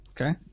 Okay